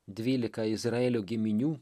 dvylika izraelio giminių